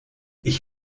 ich